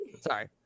Sorry